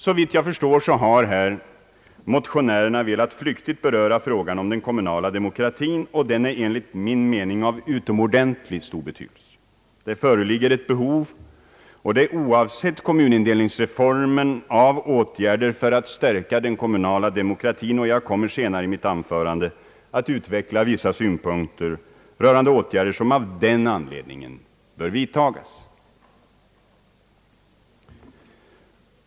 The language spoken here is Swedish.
Såvitt jag förstår har motionärerna här flyktigt velat beröra frågan om den kommunala demokratin, och den är enligt min mening av utomordentligt stor betydelse. Oavsett kommunindelningsreformen föreligger ett behov av åtgärder för att stärka den kommunala demokratin. Jag kommer senare i mitt anförande att utveckla vissa synpunkter rörande de åtgärder som av den anledningen bör vidtagas.